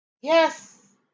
yes